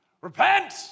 Repent